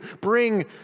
bring